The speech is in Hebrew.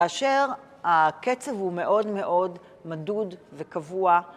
כאשר הקצב הוא מאוד מאוד מדוד וקבוע.